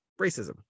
racism